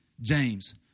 James